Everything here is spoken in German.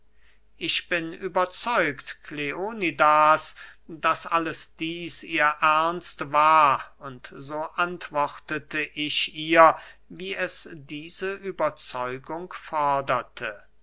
ich bin überzeugt kleonidas daß alles dieß ihr ernst war und so antwortete ich ihr wie es diese überzeugung forderte